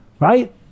Right